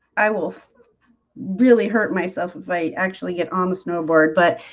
i will really hurt myself if i actually get on the snowboard, but